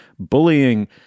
bullying